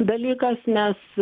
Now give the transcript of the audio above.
dalykas nes